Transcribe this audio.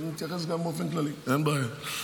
אני אתייחס גם באופן כללי, אין בעיה.